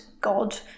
God